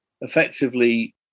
effectively